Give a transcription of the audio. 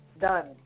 Done